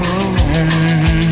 alone